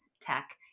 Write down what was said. tech